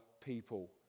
people